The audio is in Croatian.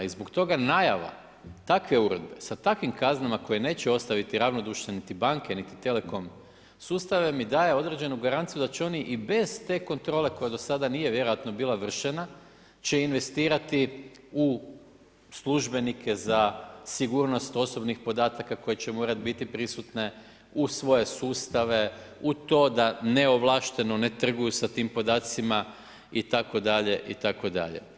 I zbog toga najava takve uredbe sa takvim kaznama, koje neće ostati ravnodušne niti banke niti telekom sustave mi daju određenu garanciju da će oni i bez te kontrole, koja do sada nije vjerojatno bila vršena, će investirati u službenike za sigurnost osobnih podataka, koje će morati biti prisutne u svoje sustave, u to da neovlašteno ne trguju sa tim itd., itd.